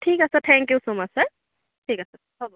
ঠিক আছে thank you so much sir ঠিক আছে হ'ব